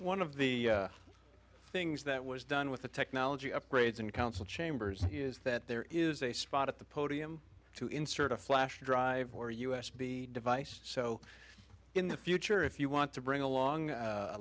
one of the things that was done with the technology upgrades in council chambers is that there is a spot at the podium to insert a flash drive or u s b device so in the future if you want to bring along a